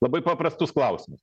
labai paprastus klausimus